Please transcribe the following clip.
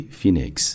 Phoenix